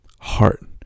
heart